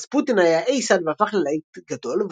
"Rasputin" היה האיי-סייד והפך ללהיט גדול,